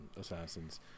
assassins